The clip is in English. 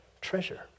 treasure